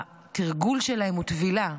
התרגול שלהם הוא טבילה,